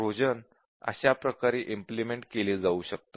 Trojan अशा प्रकारे implement केले जाऊ शकतात